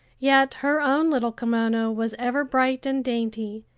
yet her own little kimono was ever bright and dainty,